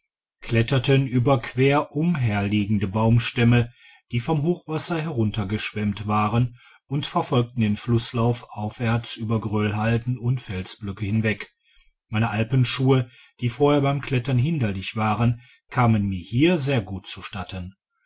kletterten über quer um herliegende baumstämme die vom hochwasser heruntergeschwemmt waren und verfolgten den flusslauf aufwärts über geröllhalden und felsblöcke hinweg meine alpenschuhe die vorher beim klettern hinderlich waren kamen mir hier sehr gut zu